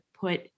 put